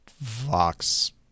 Vox